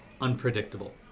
unpredictable